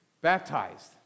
baptized